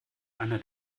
einer